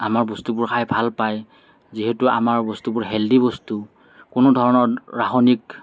আমাৰ বস্তুবোৰ খাই ভাল পায় যিহেতু আমাৰ বস্তুবোৰ হেলথি বস্তু কোনোধৰণৰ ৰাসায়নিক